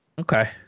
Okay